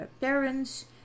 parents